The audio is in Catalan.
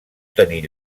tenir